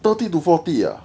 thirty to forty ah